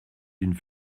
d’une